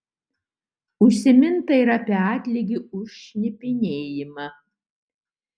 užsiminta ir apie atlygį už šnipinėjimą